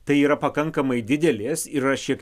tai yra pakankamai didelės yra šiek